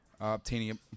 obtaining